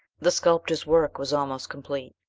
the sculptor's work was almost complete.